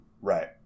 Right